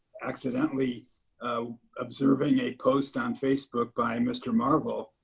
accidentally ah observing a post on facebook by mr. marvel